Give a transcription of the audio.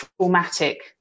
traumatic